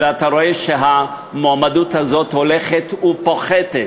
אתה רואה שהמועמדות הזאת הולכת ופוחתת,